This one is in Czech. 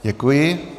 Děkuji.